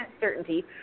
certainty